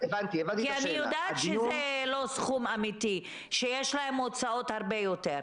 אני יודעת שזה לא סכום אמיתי וההוצאות שלהן יותר גדולות.